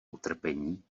utrpení